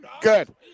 Good